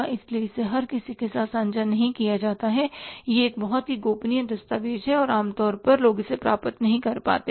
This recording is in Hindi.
इसलिए इसे हर किसी के साथ साझा नहीं किया जाता है यह एक बहुत ही गोपनीय दस्तावेज़ है और आमतौर पर लोग इसे प्राप्त नहीं कर पाते हैं